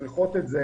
שצריכות את זה.